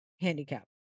handicap